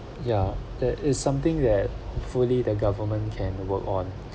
ya that is something that hopefully the government can work on